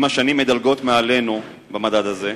עם השנים מדלגות מעלינו במדד הזה,